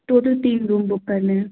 total तीन room book करने हैं